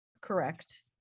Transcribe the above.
correct